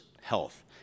health